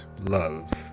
love